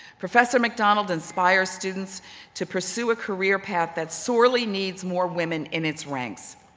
professor macdonald inspires students to pursue a career path that sorely needs more women in its ranks.